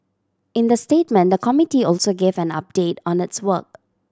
in the statement the committee also gave an update on its work